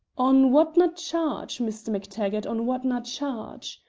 on whatna charge, mr. mactaggart, on whatna charge?